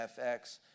FX